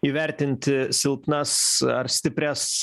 įvertinti silpnas ar stiprias